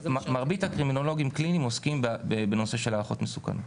מרבית הקרימינולוגים הקלינים עוסקים בהערכות מסוכנות.